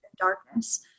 Darkness